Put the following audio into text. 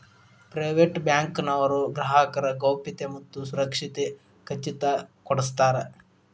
private bank ನವರು ಗ್ರಾಹಕರ ಗೌಪ್ಯತೆ ಮತ್ತ ಸುರಕ್ಷತೆ ಖಚಿತ ಕೊಡ್ಸತಾರ